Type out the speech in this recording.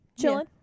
chilling